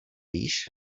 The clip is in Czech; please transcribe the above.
víš